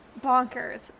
bonkers